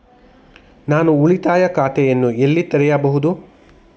ನಾನು ಉಳಿತಾಯ ಖಾತೆಯನ್ನು ಎಲ್ಲಿ ತೆರೆಯಬಹುದು?